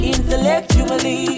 Intellectually